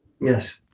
Yes